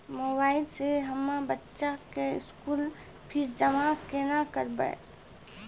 Mobile से हम्मय बच्चा के स्कूल फीस जमा केना करबै?